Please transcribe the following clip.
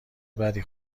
بدی